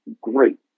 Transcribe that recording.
great